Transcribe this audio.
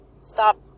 Stop